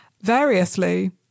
variously